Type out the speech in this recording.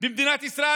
במדינת ישראל,